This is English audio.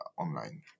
online